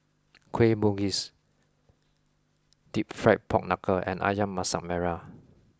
Kueh Bugis Deep Fried Pork Knuckle and Ayam Masak Merah